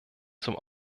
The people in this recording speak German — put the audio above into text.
zum